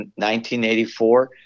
1984